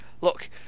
Look